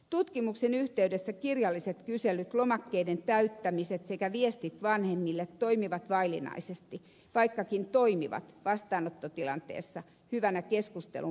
tutkimuksen yhteydessä kirjalliset kyselyt lomakkeiden täyttämiset sekä viestit vanhemmille toimivat vaillinaisesti vaikkakin toimivat vastaanottotilanteessa hyvänä keskustelun pohjana